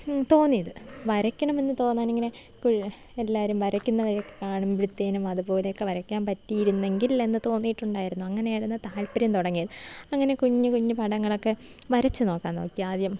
തോന്നിയത് വരക്കണമെന്ന് തോന്നാനിങ്ങനെ എപ്പോഴും എല്ലാവരും വരക്കുന്നവരൊക്കെ കാണുമ്പോഴ്ത്തേനും അതുപോലെ ഒക്കെ വരയ്ക്കാൻ പറ്റിയിരുന്നെങ്കിൽ എന്ന് തോന്നീട്ടുണ്ടായിരുന്നു അങ്ങനായിരുന്നു താൽപ്പര്യം തുടങ്ങിയത് അങ്ങനെ കുഞ്ഞ് കുഞ്ഞ് പടങ്ങളൊക്കെ വരച്ച് നോക്കാൻ നോക്കി ആദ്യം